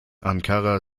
ankara